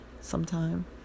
sometime